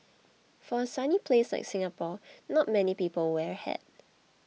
for a sunny place like Singapore not many people wear hat